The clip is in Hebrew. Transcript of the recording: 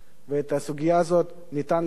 את הסוגיה הזאת ניתן לשנות,